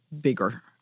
bigger